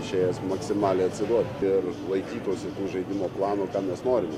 išėjęs maksimaliai atsiduot ir laikytųsi žaidimo plano ką mes norim